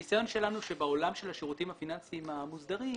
הניסיון שלנו הוא שבעולם של השירותים הפיננסיים המוסדרים,